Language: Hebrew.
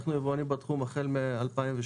אנחנו יבואנים בתחום החל מ-2012.